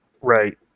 Right